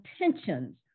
intentions